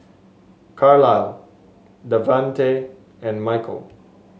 Carlyle Davante and Michael